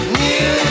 new